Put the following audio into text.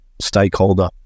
stakeholder